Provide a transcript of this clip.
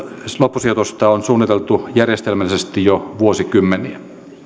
loppusijoitusta on suunniteltu järjestelmällisesti jo vuosikymmeniä